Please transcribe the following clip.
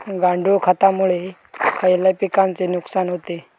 गांडूळ खतामुळे खयल्या पिकांचे नुकसान होते?